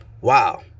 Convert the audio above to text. Wow